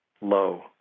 low